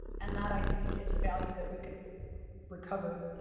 and that, i think, is a value that we could recover.